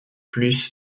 plus